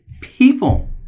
people